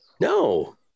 No